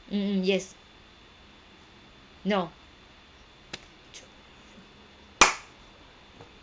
mm mm yes no